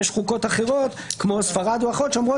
יש חוקות אחרות כמו ספרד ואחרות שאומרות